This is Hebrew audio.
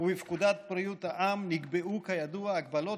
ובפקודת בריאות העם נקבעו כידוע הגבלות